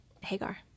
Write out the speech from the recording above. Hagar